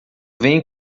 vem